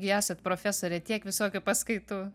gi esat profesorė tiek visokių paskaitų